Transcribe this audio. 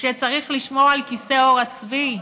כשצריך לשמור על כיסא עור הצבי?